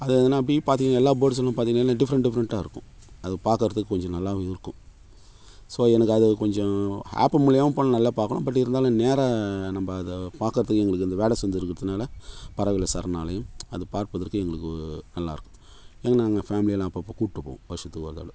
அது எதுனால் இப்படி பார்த்தீங்கன்னா எல்லா பேர்ட்ஸுங்களையும் பார்த்தீங்கன்னா எல்லாம் டிஃப்ரெண்ட் டிஃப்ரெண்ட்டாக இருக்கும் அது பார்க்கறதுக்கு கொஞ்சம் நல்லாவும் இருக்கும் ஸோ எனக்கு அதில் கொஞ்சம் ஆப்பு மூலிமா போனால் நல்லா பார்க்கலாம் பட் இருந்தாலும் நேராக நம்ம அதை பார்க்கறத்துக்கு எங்களுக்கு இந்த வேடசந்தூர் இருக்கிறதுனால பறவைகள் சரணாலயம் அது பார்ப்பதற்கு எங்களுக்கு நல்லாயிருக்கும் எங்கள் நாங்கள் ஃபேம்லியெல்லாம் அப்பப்போ கூட்டுப்போவோம் வருஷத்துக்கு ஒரு தடவை